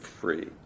free